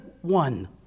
one